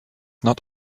not